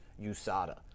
USADA